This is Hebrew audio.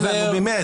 באמת.